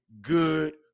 Good